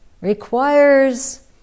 requires